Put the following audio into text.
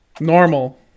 normal